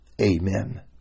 amen